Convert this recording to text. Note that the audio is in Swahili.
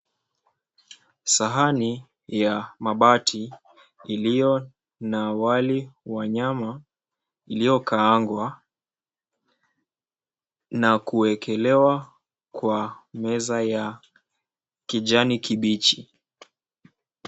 Sahani ya mabati iliyo na wali kwa nyama iliyokaangwa na kuwekelewa kwa meza ya kijani kibichi.